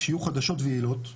שיהיו חדשות ויעילות,